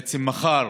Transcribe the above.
בעצם מחר,